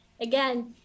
Again